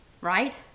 right